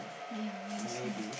ya only sand